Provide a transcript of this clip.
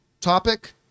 topic